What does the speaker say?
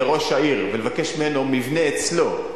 לראש העיר ולבקש ממנו מבנה אצלו,